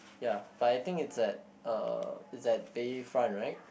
ya but I think it's at uh it's at Bayfront right